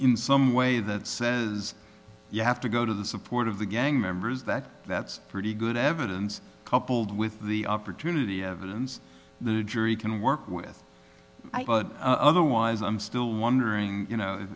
in some way that says you have to go to the support of the gang members that that's pretty good evidence coupled with the opportunity evidence the jury can work with but otherwise i'm still wondering